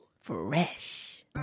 Fresh